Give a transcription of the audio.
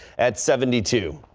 at seventy two.